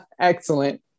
Excellent